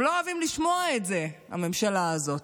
הם לא אוהבים לשמוע את זה, הממשלה הזאת.